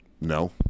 No